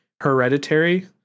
Hereditary